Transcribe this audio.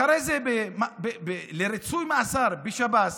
אחרי זה, לריצוי מאסר, בשב"ס